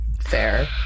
Fair